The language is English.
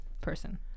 person